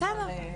בסדר.